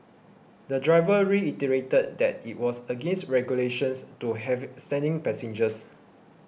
the driver reiterated that it was against regulations to have standing passengers